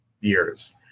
years